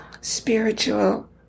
spiritual